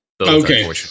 Okay